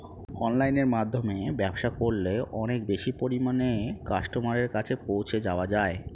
অনলাইনের মাধ্যমে ব্যবসা করলে অনেক বেশি পরিমাণে কাস্টমারের কাছে পৌঁছে যাওয়া যায়?